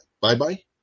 bye-bye